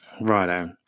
Righto